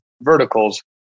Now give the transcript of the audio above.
verticals